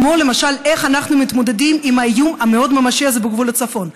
כמו למשל איך אנחנו מתמודדים עם האיום המאוד-ממשי הזה בגבול הצפון,